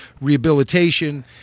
rehabilitation